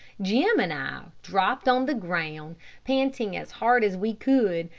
jim and i dropped on the ground panting as hard as we could,